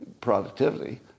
productivity